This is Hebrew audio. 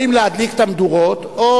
אם להדליק את המדורות או